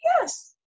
yes